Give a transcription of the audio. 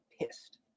pissed